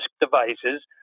devices